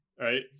right